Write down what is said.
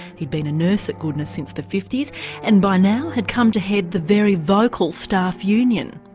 he'd been a nurse at goodna since the fifty s and by now had come to head the very vocal staff union.